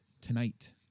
tonight